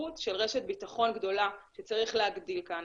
החשיבות של רשת בטחון גדולה שצריך להגדיל כאן,